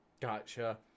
Gotcha